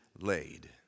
laid